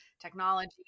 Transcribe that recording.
technology